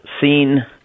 seen